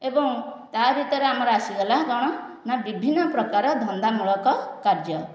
ଏବଂ ତା'ଭିତରେ ଆମର ଆସିଗଲା କ'ଣ ନା ବିଭିନ୍ନ ପ୍ରକାର ଧନ୍ଦାମୂଳକ କାର୍ଯ୍ୟ